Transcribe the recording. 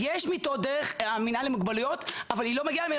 יש מיטות דרך המינהל למוגבלויות אבל היא לא מגיעה,